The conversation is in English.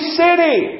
city